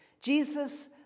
Jesus